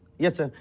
yes sir.